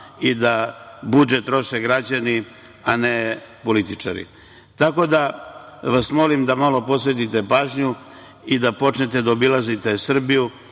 i da budžet troše građani, a ne političari. Tako da vas molim da malo posvetite pažnju i da počnete da obilazite Srbiju,